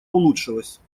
улучшилась